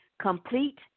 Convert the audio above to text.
complete